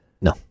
No